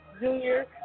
junior